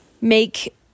make